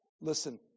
Listen